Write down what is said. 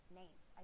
names